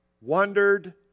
Wondered